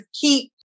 keep